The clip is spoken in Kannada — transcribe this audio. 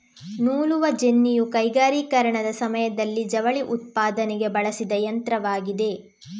ನೂಲುವ ಜೆನ್ನಿಯು ಕೈಗಾರಿಕೀಕರಣದ ಸಮಯದಲ್ಲಿ ಜವಳಿ ಉತ್ಪಾದನೆಗೆ ಬಳಸಿದ ಯಂತ್ರವಾಗಿದೆ